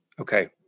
Okay